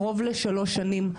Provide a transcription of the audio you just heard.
קרוב לשלוש שנים,